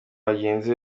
bagenzi